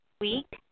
week